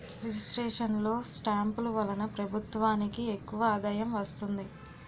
registration లో స్టాంపులు వలన ప్రభుత్వానికి ఎక్కువ ఆదాయం వస్తుంది